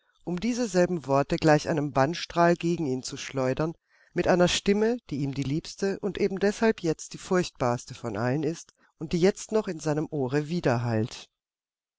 um diese selben worte gleich einem bannstrahl gegen ihn zu schleudern mit einer stimme die ihm die liebste und eben deshalb jetzt die furchtbarste von allen ist und die jetzt noch in seinem ohre